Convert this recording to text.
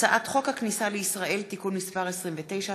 הצעת חוק הכניסה לישראל (תיקון מס' 29),